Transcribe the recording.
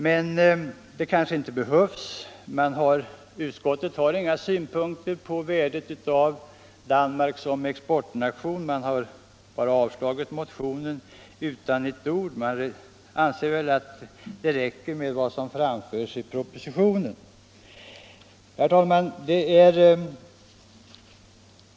Men det kanske inte behövs. Utskottet har inga synpunkter på värdet av Danmark som avnämare av vår export. Man har bara avslagit motionen utan ett ord. Man anser väl att det räcker med vad som framförts i propositionen. Herr talman!